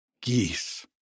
geese